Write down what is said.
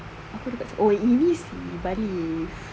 apa dia cakap oh ini si balif